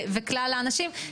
וכלל האנשים.